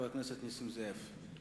חבר הכנסת נסים זאב.